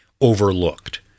overlooked